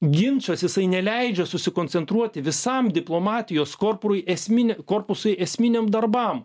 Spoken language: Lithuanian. ginčas jisai neleidžia susikoncentruoti visam diplomatijos korpurui esmin korpusui esminiam darbam